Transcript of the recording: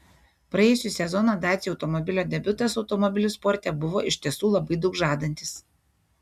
praėjusį sezoną dacia automobilio debiutas automobilių sporte buvo iš tiesų labai daug žadantis